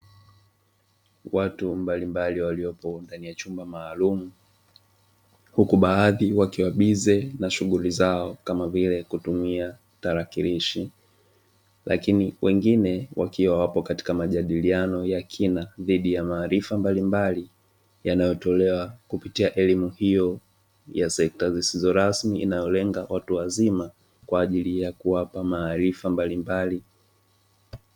Watu mbalimbali waliopo kwenye chumba maalumu, huku baadhi wakiwa buze na shughuli zao kama vile kutumia tarakilishi, lakini wengine wakiwa wapo katika majadiliano ya kina dhidi ya maarifa mbalimbali, yanayotolewa kupitia elimu hiyo ya sekta zisizo rasmi, inayolenga watu wazima kwa ajili ya kuwapa maarifa mbalimbali.